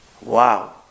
Wow